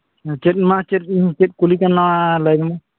ᱪᱮᱫ ᱪᱮᱫ ᱠᱩᱞᱤ ᱠᱟᱱᱟ ᱞᱟᱹᱭ ᱢᱮ ᱢᱟ